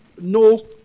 no